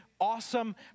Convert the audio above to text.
awesome